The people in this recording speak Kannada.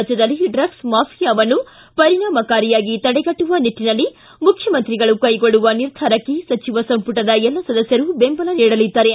ರಾಜ್ಡದಲ್ಲಿ ಡ್ರಗ್ಸ್ ಮಾಫಿಯವನ್ನು ಪರಿಣಾಮಕಾರಿಯಾಗಿ ತಡೆಗಟ್ಟುವ ನಿಟ್ಟನಲ್ಲಿ ಮುಖ್ಯಮಂತ್ರಿಗಳು ಕೈಗೊಳ್ಳುವ ನಿರ್ಧಾರಕ್ಕೆ ಸಚಿವ ಸಂಮಟದ ಎಲ್ಲ ಸದಸ್ನರು ಬೆಂಬಲ ನೀಡಲಿದ್ದಾರೆ